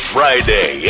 Friday